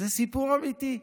זה סיפור אמיתי.